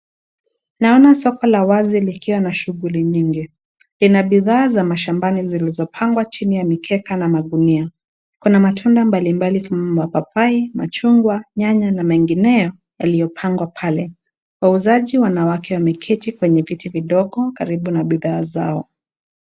Naona soko la wazi likiwa na shughuli nyingi. Lina bidhaa za mashambani zilizopangwa chini ya mikeka na magunia. Kuna matunda mbalimbali kama mapapai, machungwa, nyanya na mengineyo yaliopangwa pale. Wauzaji wanawake wameketi kwenye viti vidogo karibu na bidhaa zao.